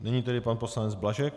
Nyní tedy pan poslanec Blažek.